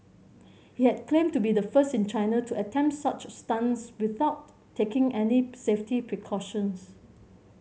he had claimed to be the first in China to attempt such stunts without taking any safety precautions